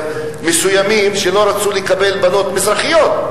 מסוימים לא רצו לקבל בנות מזרחיות,